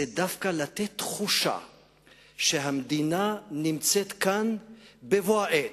זה דווקא לתת תחושה שהמדינה נמצאת כאן בבוא העת,